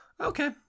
okay